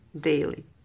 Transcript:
daily